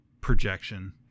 projection